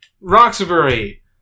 Roxbury